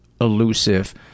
elusive